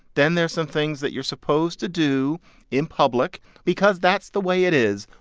then there's some things that you're supposed to do in public because that's the way it is,